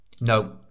No